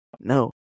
no